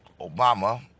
Obama